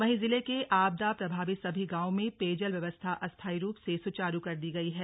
वहीं जिले के आपदा प्रभावित सभी गांवों में पेयजल व्यवस्था अस्थाई रूप से सुचारू कर दी गई है